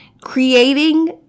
creating